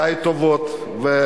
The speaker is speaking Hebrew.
די טובות.